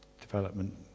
development